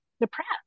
depressed